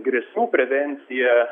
grėsmių prevencija